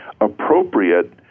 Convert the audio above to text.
appropriate